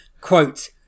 Quote